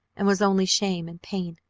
and was only shame and pain,